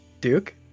Duke